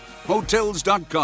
Hotels.com